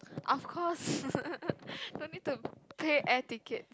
of course no need to pay air ticket